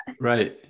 right